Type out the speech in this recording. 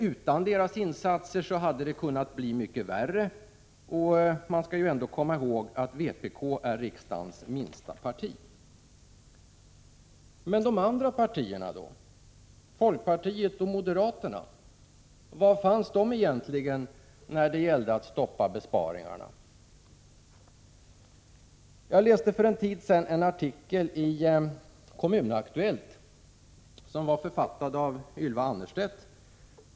Utan vpk:s insatser hade det kunnat bli mycket värre, och man skall ju ändå komma ihåg att vpk är riksdagens minsta parti. Men hur förhåller det sig med de andra partierna? Var fanns egentligen folkpartiet och moderaterna när det gällde att stoppa besparingarna? Jag läste för en tid sedan en artikel i Kommun Aktuellt som var författad av Ylva Annerstedt.